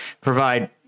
provide